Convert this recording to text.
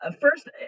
First